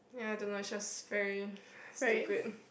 ya I don't know it's just very stupid